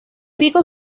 pico